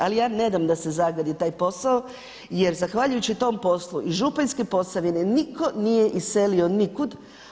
Ali ja ne dam da se zagadi taj posao jer zahvaljujući tom poslu i Županjskoj Posavini nitko nije iselio nikud.